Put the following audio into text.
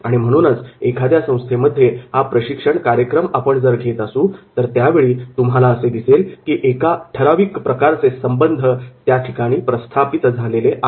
आणि म्हणूनच एखाद्या संस्थेमध्ये हा प्रशिक्षण कार्यक्रम आपण घेत असू तर त्यावेळी तुम्हाला असे दिसेल की एका ठराविक प्रकारचे संबंध त्याठिकाणी प्रस्थापित झालेले आहेत